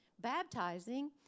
Baptizing